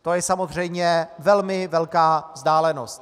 To je samozřejmě velmi velká vzdálenost.